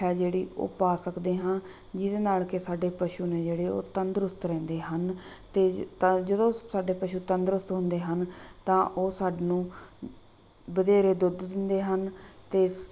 ਹੈ ਜਿਹੜੀ ਉਹ ਪਾ ਸਕਦੇ ਹਾਂ ਜਿਹਦੇ ਨਾਲ ਕਿ ਸਾਡੇ ਪਸ਼ੂ ਨੇ ਜਿਹੜੇ ਉਹ ਤੰਦਰੁਸਤ ਰਹਿੰਦੇ ਹਨ ਅਤੇ ਤਾਂ ਜਦੋਂ ਸਾਡੇ ਪਸ਼ੂ ਤੰਦਰੁਸਤ ਹੁੰਦੇ ਹਨ ਤਾਂ ਉਹ ਸਾਨੂੰ ਵਧੇਰੇ ਦੁੱਧ ਦਿੰਦੇ ਹਨ ਅਤੇ ਸ